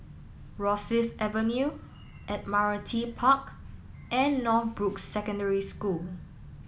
Rosyth Avenue Admiralty Park and Northbrooks Secondary School